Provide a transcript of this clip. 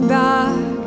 back